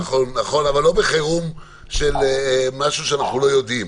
נכון, אבל לא בחירום של משהו שאנחנו לא יודעים.